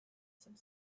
some